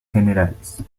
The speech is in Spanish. generales